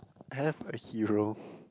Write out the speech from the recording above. have a hero